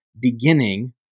beginning